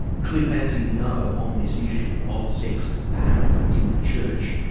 cliff as you know on this issue of sex and power in the church,